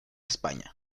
españa